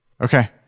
Okay